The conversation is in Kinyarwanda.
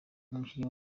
umukinnyi